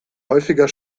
häufiger